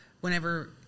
whenever